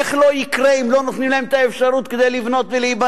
איך זה לא יקרה אם לא נותנים להם את האפשרות לבנות ולהיבנות?